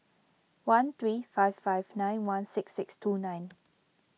one three five five nine one six six two nine